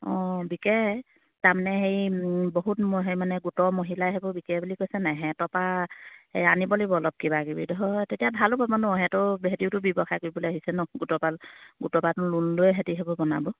অঁ বিকে তাৰমানে হেৰি বহুত সেই মানে গোটৰ মহিলাই সেইবোৰ বিকে বুলি কৈছে নাই সিহঁতৰপা সেই আনিব লাগিব অলপ কিবা কিবি হয় তেতিয়া ভালো পাব ন সিহঁতেও ব্যৱসায় কৰিবলৈ আহিছে ন গোটৰপা গোটৰপা লোণ লৈ সিহঁতি সেইবোৰ বনাব